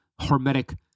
hormetic